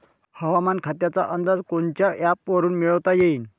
हवामान खात्याचा अंदाज कोनच्या ॲपवरुन मिळवता येईन?